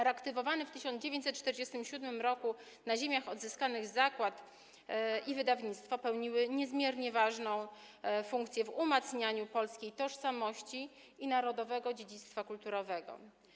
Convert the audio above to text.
Reaktywowany w 1947 r. na Ziemiach Odzyskanych zakład i wydawnictwo pełniły niezmiernie ważną funkcję w umacnianiu polskiej tożsamości i narodowego dziedzictwa kulturowego.